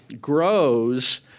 grows